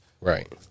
Right